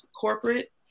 corporate